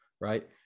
right